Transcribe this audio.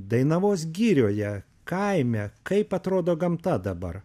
dainavos girioje kaime kaip atrodo gamta dabar